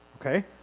Okay